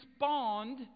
respond